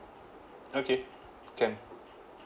okay can